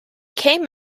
came